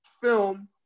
film